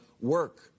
work